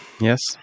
Yes